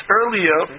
earlier